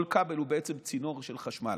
כל כבל הוא בעצם צינור של חשמל.